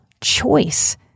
choice